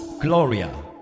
Gloria